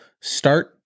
start